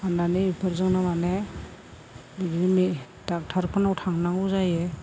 फाननानै बेफोरजोंनो माने बिदिनो डक्ट'रफोरनाव थांनांगौ जायो